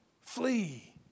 Flee